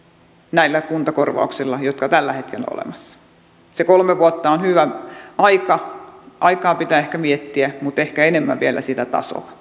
näillä kuntakorvauksilla jotka tällä hetkellä ovat olemassa se kolme vuotta on hyvä aika aikaa pitää ehkä miettiä mutta ehkä enemmän vielä sitä tasoa